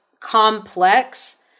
complex